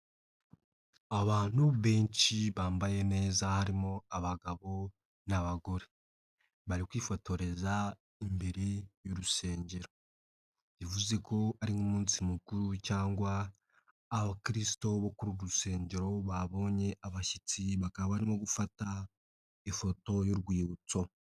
Abantu benshi bambaye neza harimo abagabo n'abagore. Bari kwifotoreza imbere y'urusengero. Bivuze ko ari nk'umunsi mukuru cyangwa abakirisito bo ku rusengero babonye abashyitsi, bakaba barimo gufata ifoto y'urwibutso.